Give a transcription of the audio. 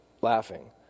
laughing